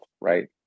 right